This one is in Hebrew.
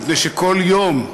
מפני שכל יום,